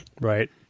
Right